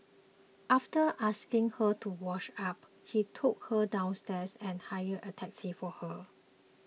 after asking her to wash up he took her downstairs and hailed a taxi for her